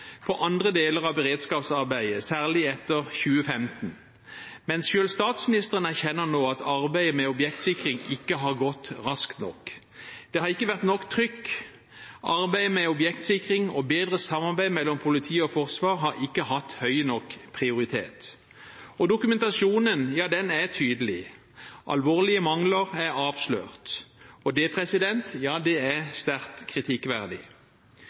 på andre deler av beredskapsarbeidet, særlig etter 2015. Men selv statsministeren erkjenner nå at arbeidet med objektsikring ikke har gått raskt nok. Det har ikke vært nok trykk. Arbeidet med objektsikring og bedre samarbeid mellom politi og forsvar har ikke hatt høy nok prioritet. Dokumentasjonen er tydelig: Alvorlige mangler er avslørt. Det er sterkt kritikkverdig.